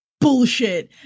bullshit